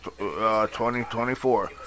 2024